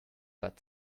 but